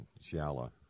shallow